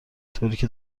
طوریکه